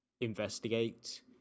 investigate